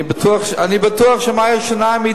אני בטוח שאם זה היה שיניים,